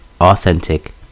authentic